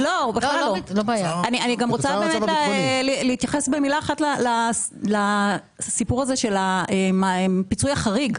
אני רוצה להתייחס לסיפור של הפיצוי החריג.